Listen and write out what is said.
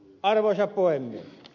arvoisa puhemies